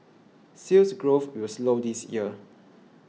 Sales Growth will slow this year